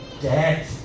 dead